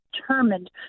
determined